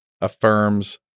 affirms